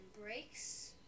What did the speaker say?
breaks